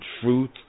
truth